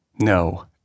No